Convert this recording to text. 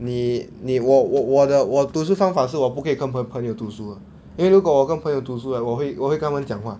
你你我我我的我读书方法是我不可以根朋朋友读书的因为如果我跟朋友读书:ni ni wo wo wo de wo du shu fang fa shi wo bu ke yi gen peng peng you du shu de >yin wei ru guo wo gen peng you du shu right 我会我会跟他们讲话